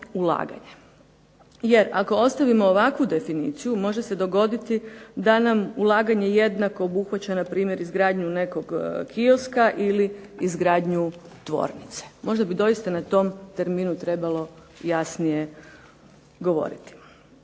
Jer ako ostavimo ovakvu definiciju, može se dogoditi da nam ulaganje jednako obuhvaća npr. izgradnju nekog kioska ili izgradnju tvornice. Možda bi doista na tom terminu trebalo jasnije govoriti.